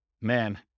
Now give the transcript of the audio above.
man